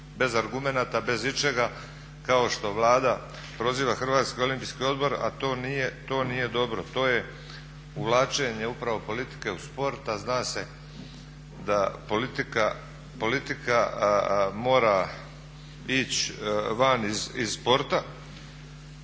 bez argumenata, bez ičega kao što Vlada proziva HOO, a to nije dobro, to je uvlačenje upravo politike u sport, a zna se da politika mora ići van iz sporta